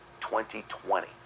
2020